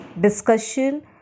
discussion